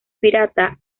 pirata